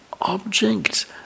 object